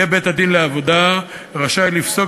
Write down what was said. יהיה בית-הדין לעבודה רשאי לפסוק